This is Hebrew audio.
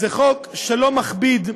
זה חוק שלא מכביד,